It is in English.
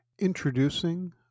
Introducing